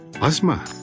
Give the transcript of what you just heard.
Asma